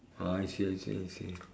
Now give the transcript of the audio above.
oh I see I see I see